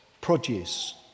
produce